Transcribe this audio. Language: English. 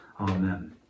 Amen